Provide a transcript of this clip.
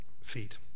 feet